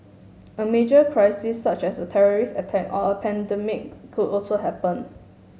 a major crisis such as a terrorist attack or a pandemic could also happen